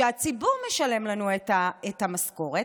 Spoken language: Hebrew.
הציבור משלם לנו את המשכורת,